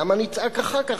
למה נצעק אחר כך,